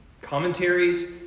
Commentaries